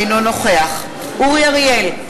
אינו נוכח אורי אריאל,